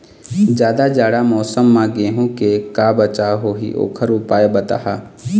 जादा जाड़ा मौसम म गेहूं के का बचाव होही ओकर उपाय बताहा?